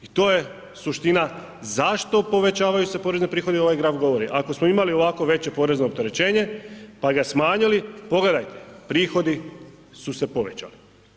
I to je suština zašto povećavaju se porezni prihodi ovaj graf govori, ako smo imali ovako veće porezno opterećenje, pa ga smanjili, pogledajte prihodi su se povećali.